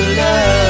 love